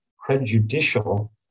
prejudicial